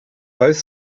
both